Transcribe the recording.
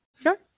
sure